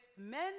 men